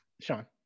sean